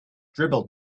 dribbled